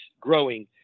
growing